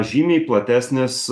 žymiai platesnis